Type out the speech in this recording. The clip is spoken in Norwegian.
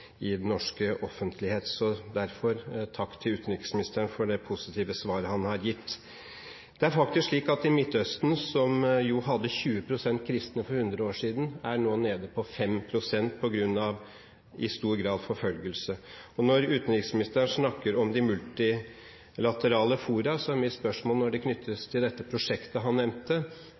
positive svaret han har gitt. Det er faktisk slik at i Midtøsten, som jo hadde 20 pst. kristne for 100 år siden, er man nå er nede på 5 pst. kristne i stor grad på grunn av forfølgelse. Når utenriksministeren snakker om de multilaterale fora, er mitt spørsmål knyttet til det prosjektet han nevnte: